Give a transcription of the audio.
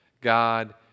God